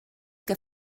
que